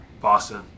Boston